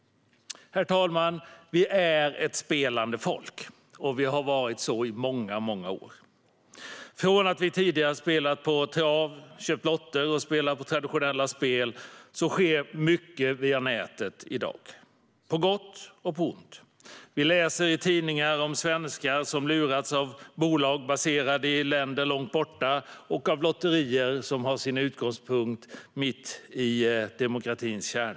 Herr talman! Vi är ett spelande folk och har varit det i många år. Från att tidigare ha spelat på trav, lotterier och andra traditionella spel gör vi i dag mycket av vårt spelande via nätet, på gott och ont. Vi kan i tidningarna läsa om svenskar som lurats av bolag baserade i länder långt borta och av lotterier som har sin utgångspunkt mitt i demokratins högborg.